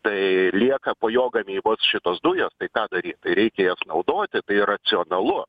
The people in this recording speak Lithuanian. tai lieka po jo gamybos šitos dujos tai ką daryt tai reikia jas naudoti tai racionalu